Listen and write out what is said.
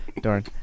Darn